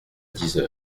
dix